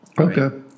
Okay